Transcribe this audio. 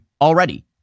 already